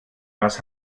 was